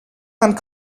and